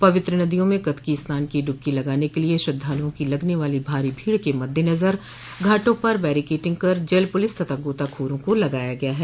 पवित्र नदियों में कतकी स्नान की डूबकी लगाने के लिये श्रद्वालुओं की लगने वाली भारी भीड़ के मददेनजर घाटा पर बैरीकेटिंग कर जल पुलिस तथा गोताखोरों को लगाया गया है